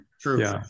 True